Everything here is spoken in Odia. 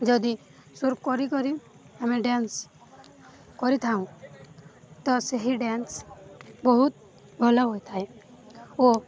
ଯଦି ସୁର କରିିକରି ଆମେ ଡ୍ୟାନ୍ସ କରିଥାଉଁ ତ ସେହି ଡ୍ୟାନ୍ସ ବହୁତ ଭଲ ହୋଇଥାଏ ଓ